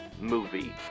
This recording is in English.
Movie